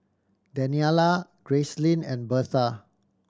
Daniella Gracelyn and Berta